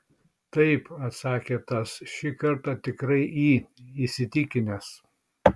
taip atsakė tas šį kartą tikrai į įsitikinęs